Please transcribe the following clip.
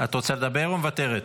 את רוצה לדבר או מוותרת?